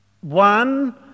One